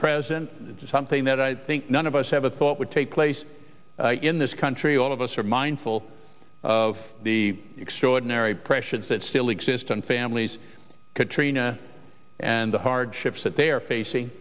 president something that i think none of us have a thought would take place in this country all of us are mindful of the extraordinary pressures that still exist on families katrina and the hardships that they are facing